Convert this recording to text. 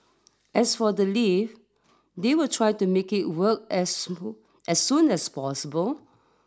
as for the lift they will try to make it work as soon as soon as possible